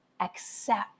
accept